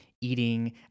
eating